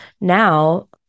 now